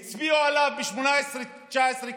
והצביעו עליו ב-2018 2019,